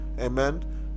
Amen